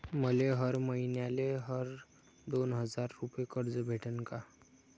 मले हर मईन्याले हर दोन हजार रुपये कर्ज भेटन का?